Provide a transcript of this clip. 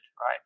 right